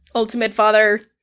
ultimate father,